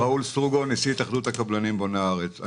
אני נשיא התאחדות הקבלנים בוני הארץ.